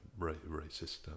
racist